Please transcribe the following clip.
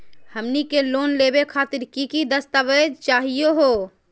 हमनी के लोन लेवे खातीर की की दस्तावेज चाहीयो हो?